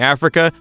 Africa